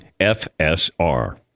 FSR